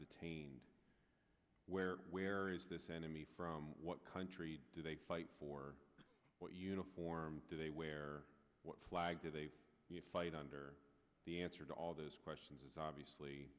detained where where is this enemy from what country do they fight for what uniform do they wear what flag do they fight under the answer to all those questions is obviously